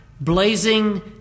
blazing